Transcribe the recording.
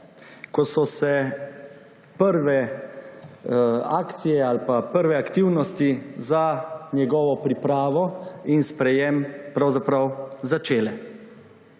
ko so se prve akcije ali pa prve aktivnosti za njegovo pripravo in sprejetje pravzaprav začele.